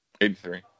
83